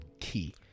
key